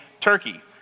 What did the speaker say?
Turkey